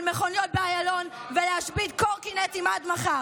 מכוניות באיילון ולהשבית קורקינטים עד מחר.